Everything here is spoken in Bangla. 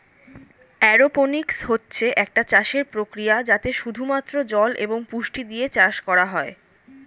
অ্যারোপোনিক্স হচ্ছে একটা চাষের প্রক্রিয়া যাতে শুধু মাত্র জল এবং পুষ্টি দিয়ে চাষ করা হয়